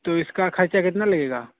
تو اس کا خرچہ کتنا لگے گا